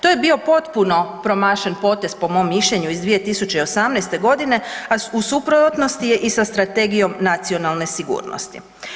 To je bio potpuno promašen potez po mom mišljenju iz 2018. godine, a u suprotnosti je i sa strategijom nacionalne sigurnosti.